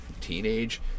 teenage